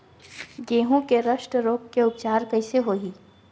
गेहूँ के रस्ट रोग के उपचार कइसे होही?